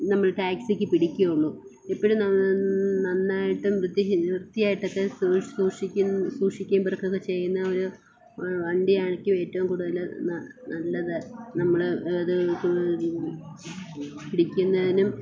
നമ്മൾ ടാക്സിക്ക് പിടിക്കുള്ളൂ ഇപ്പോഴും നന്നായിട്ട് വൃത്തിഹീന വൃത്തിയായിട്ടൊക്കെ സൂക്ഷിക്കുന്ന സൂക്ഷിക്കുവേം പെറുക്കുവൊക്കെ ചെയ്യുന്ന ഒരു വണ്ടിയായിരിക്കും ഏറ്റവും കൂടുതൽ നല്ലത് നമ്മൾ ഇത് പ് പിടിക്കുന്നതിനും